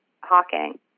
Hawking